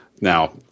Now